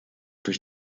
durch